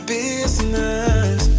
business